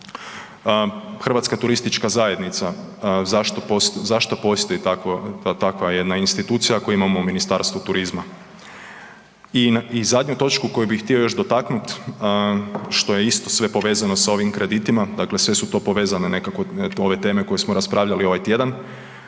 Hrvatska turistička zajednica, zašto postoji takva jedna institucija ako imamo Ministarstvo turizma? I zadnju točku koju bih htio još dotaknut što je isto sve povezano s ovim kreditima, dakle sve su to povezane nekako ove teme koje smo raspravljali ovaj tjedan,